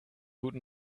guten